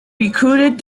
recruited